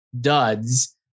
duds